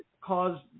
caused